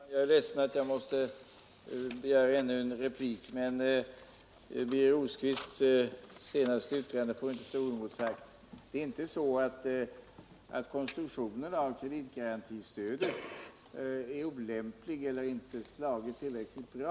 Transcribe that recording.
Herr talman! Jag är ledsen att jag måste begära ännu en replik, men Birger Rosqvists yttrande får inte stå oemotsagt. Det är inte så att konstruktionen av kreditgarantistödet är olämplig eller att det inte slagit tillräckligt bra.